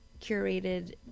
curated